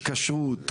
כשרות,